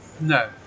No